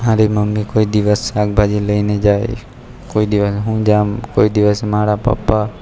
મારી મમ્મી કોઈ દિવસ શાકભાજી લઈને જાય કોઈ દિવસ હું ત્યાં કોઈ દિવસ મારા પપ્પા